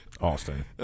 Austin